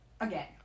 Again